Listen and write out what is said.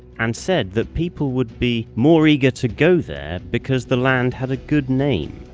and said that people would be more eager to go there because the land had a good name.